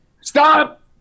Stop